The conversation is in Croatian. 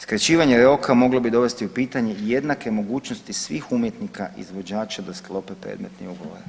Skraćivanje roka moglo bi dovesti u pitanje jednake mogućnosti svih umjetnika izvođača da sklope predmetni ugovor.